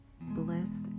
Bless